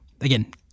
again